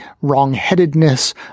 wrongheadedness